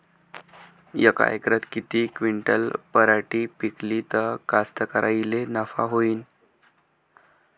यका एकरात किती क्विंटल पराटी पिकली त कास्तकाराइले नफा होईन?